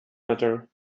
matter